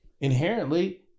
inherently